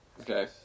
Okay